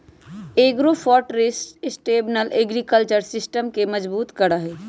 agroforestry sustainable agriculture system के मजबूत करा हई